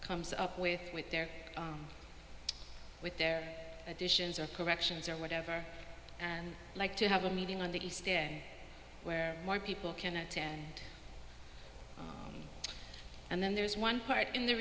comes up with with their with their additions or corrections or whatever and like to have a meeting on the east day where more people can attend and then there's one part in the